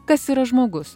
kas yra žmogus